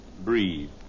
Breathe